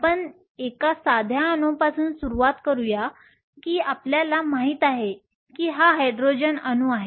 आपण एका साध्या अणूपासून सुरुवात करूया की आपल्याला माहित आहे की हा हायड्रोजन अणू आहे